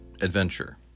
adventure